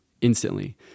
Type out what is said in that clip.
instantly